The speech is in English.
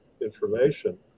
information